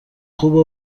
خوبه